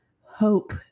hope